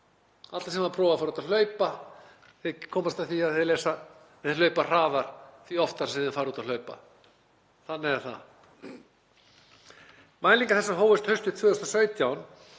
Allir sem hafa prófað að fara út að hlaupa komast að því að þeir hlaupa hraðar því oftar sem þeir fara út að hlaupa. Þannig er það. Mælingar þessar hófust haustið 2017.